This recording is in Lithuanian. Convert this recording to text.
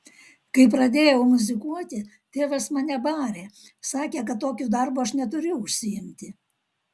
kai pradėjau muzikuoti tėvas mane barė sakė kad tokiu darbu aš neturiu užsiimti